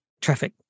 traffic